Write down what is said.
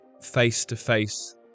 face-to-face